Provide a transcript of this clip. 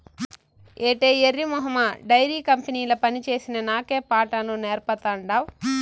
ఏటే ఎర్రి మొహమా డైరీ కంపెనీల పనిచేసిన నాకే పాఠాలు నేర్పతాండావ్